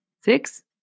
Six